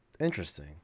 Interesting